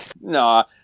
No